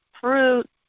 fruit